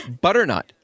Butternut